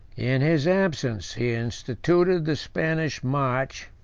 in his absence he instituted the spanish march,